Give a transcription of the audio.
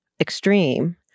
extreme